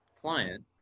client